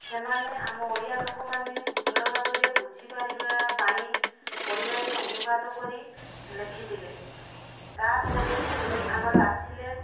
ସେମାନେ ଆମ ଓଡ଼ିଆ ଲୋକମାନେ ଭଲଭାବରେ ବୁଝିପାରିବା ପାଇଁ ଓଡ଼ିଆରେ ଅନୁବାଦ କରି ଲେଖିଥିଲେ ତା'ପରେ ଆମର ଆସିଲେ